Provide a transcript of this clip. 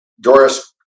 Doris